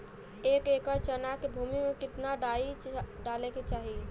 एक एकड़ चना के भूमि में कितना डाई डाले के चाही?